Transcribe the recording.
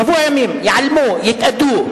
שבוע ימים, ייעלמו, יתאדו.